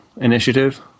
initiative